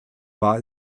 war